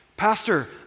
Pastor